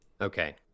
Okay